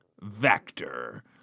Vector